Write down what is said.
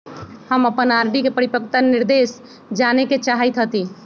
हम अपन आर.डी के परिपक्वता निर्देश जाने के चाहईत हती